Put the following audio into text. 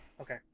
Okay